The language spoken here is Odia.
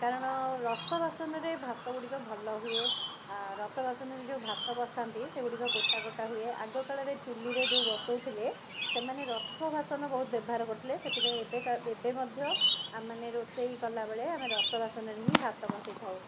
କାରଣ ରସ ବାସନରେ ଭାତ ଗୁଡ଼ିକ ଭଲ ହୁଏ ରସ ବାସନରେ ଯେଉଁ ଭାତ ବସାନ୍ତି ସେଗୁଡ଼ିକ ଗୋଟା ଗୋଟା ହୁଏ ଆଗ କାଳରେ ଚୂଲିରେ ଯେଉଁ ବସାଉଥିଲେ ସେମାନେ ରସ ବାସନ ବହୁତ ବ୍ୟବହାର କରୁଥିଲେ ସେଥିପାଇଁ ଏବେକା ଏବେ ମଧ୍ୟ ଆମେ ମାନେ ରୋଷେଇ କଲାବେଳେ ଆମେ ରସ ବାସନରେ ହିଁ ଭାତ ବସାଇଥାଉ